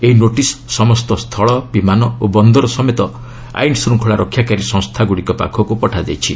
ଏହି ନୋଟିସ୍ ସମସ୍ତ ସ୍କୁଳ ବିମାନ ଓ ବନ୍ଦର ସମେତ ଆଇନ ଶୃଙ୍ଖଳା ରକ୍ଷାକାରୀ ସଂସ୍ଥା ପାଖକୁ ପଠାଯାଇଛି